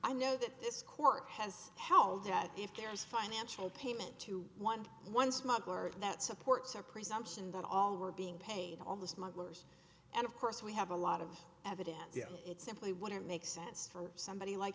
i know that this court has held that if there is financial payment to one to one smuggler that supports a presumption that all were being paid all the smugglers and of course we have a lot of evidence it's simply wouldn't make sense for somebody like